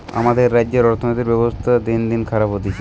আমাদের রাজ্যের অর্থনীতির ব্যবস্থা দিনদিন খারাপ হতিছে